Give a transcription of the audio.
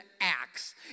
acts